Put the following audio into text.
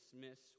dismiss